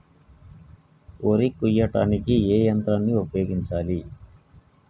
వరి కొయ్యడానికి ఏ యంత్రాన్ని ఉపయోగించాలే?